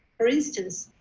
for instance,